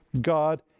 God